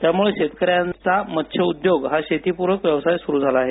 त्यामुळे शेतकऱ्यांचा मत्स्य उद्योग हा शेतीपुरक व्यवसाय सुरू झाला आहे